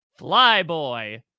Flyboy